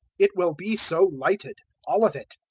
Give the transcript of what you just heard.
it will be so lighted, all of it,